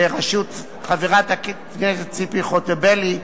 בראשות חברת הכנסת ציפי חוטובלי,